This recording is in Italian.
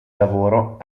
lavoro